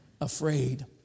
afraid